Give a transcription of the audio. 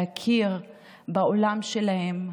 להכיר בעולם שלהם,